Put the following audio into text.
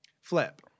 Flip